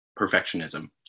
perfectionism